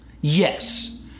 Yes